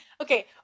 Okay